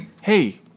hey